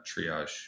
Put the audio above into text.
triage